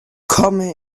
komme